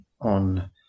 on